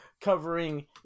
covering